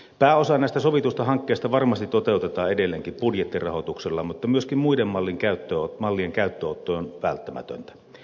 pääosa näistä sovituista hankkeista varmasti toteutetaan edelleenkin budjettirahoituksella mutta myöskin muiden mallien käyttöönotto on välttämätöntä